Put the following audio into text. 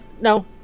no